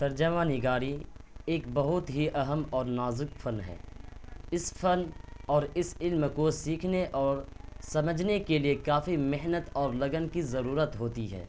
ترجمہ نگاری ایک بہت ہی اہم اور نازک فن ہے اس فن اور اس علم کو سیکھنے اور سمجھنے کے لیے کافی محنت اور لگن کی ضرورت ہوتی ہے